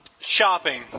Shopping